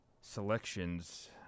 selections